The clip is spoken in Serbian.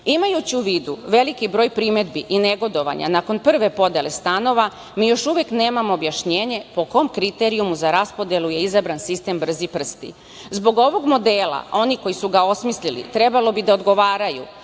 u vidu veliki broj primedbi i negodovanja nakon prve podele stanova, mi još uvek nemamo objašnjenje po kom kriterijumu za raspodelu je izabran sistem „brzi prsti“. Zbog ovog modela oni koji su ga osmisli trebalo bi da odgovaraju,